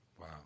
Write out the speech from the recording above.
Wow